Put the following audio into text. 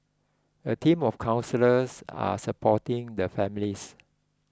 a team of counsellors are supporting the families